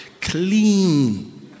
clean